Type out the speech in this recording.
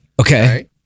Okay